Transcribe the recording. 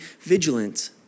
vigilant